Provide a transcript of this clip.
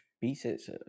pieces